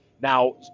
now